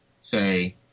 say